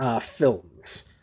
films